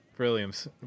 Williams